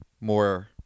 more